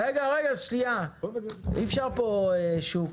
--- אי-אפשר פה שוק.